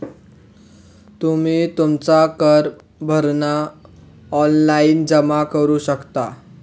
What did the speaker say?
तुम्ही तुमचा कर भरणा ऑनलाइन जमा करू शकता